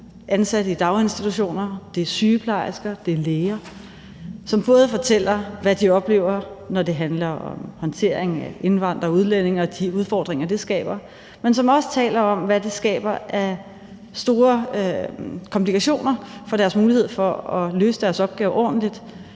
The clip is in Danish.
ansatte i daginstitutioner, det er sygeplejersker, det er læger – som både fortæller, hvad de oplever, når det handler om håndteringen af indvandrere og udlændinge og de udfordringer, det skaber, men som også taler om, hvad det skaber af store komplikationer for deres mulighed for at løse deres opgave ordentligt,